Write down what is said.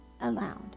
allowed